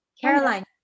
Caroline